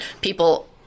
people